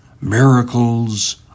miracles